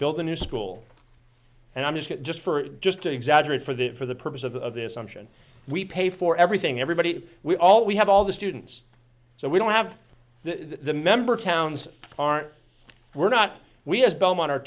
built a new school and i'm just for just to exaggerate for that for the purpose of this option we pay for everything everybody we all we have all the students so we don't have the member towns aren't we're not we as belmont